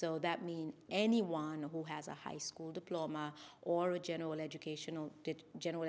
so that means anyone who has a high school diploma or a general educational general